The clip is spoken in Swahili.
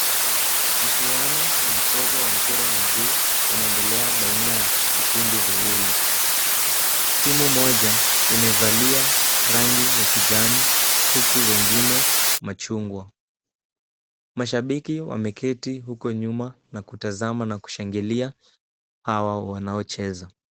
Mchuano wa mchezo wa mpira wa mguu unaendelea baina ya vikundi viwili. Timu moja imevalia rangi ya kijani huku wengine machungwa. Mashabiki wameketi huko nyuma na kutazama na kushangilia hawa wanaocheza.